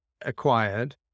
acquired